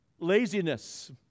Laziness